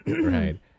right